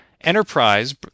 Enterprise